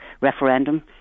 referendum